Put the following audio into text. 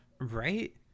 Right